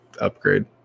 upgrade